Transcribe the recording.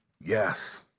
Yes